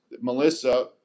Melissa